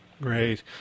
Great